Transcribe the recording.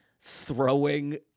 throwing